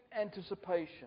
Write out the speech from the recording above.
anticipation